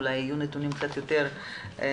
אולי יהיו נתונים קצת יותר מעודכנים